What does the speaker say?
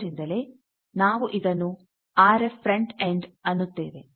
ಆದ್ದರಿಂದಲೇ ನಾವು ಇದನ್ನು ಆರ್ ಎಫ್ ಫ್ರಂಟ್ ಎಂಡ್ ಅನ್ನುತ್ತೇವೆ